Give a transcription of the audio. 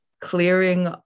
clearing